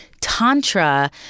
tantra